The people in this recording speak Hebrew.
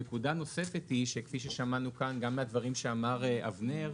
נקודה נוספת היא שכפי ששמענו כאן גם מהדברים שאמר אבנר,